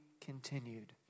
continued